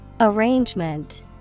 Arrangement